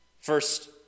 First